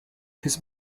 his